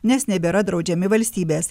nes nebėra draudžiami valstybės